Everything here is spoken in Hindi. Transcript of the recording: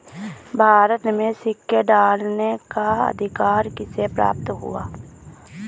भारत में सिक्के ढालने का अधिकार किसे प्राप्त है?